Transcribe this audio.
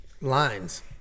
Lines